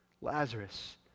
Lazarus